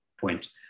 point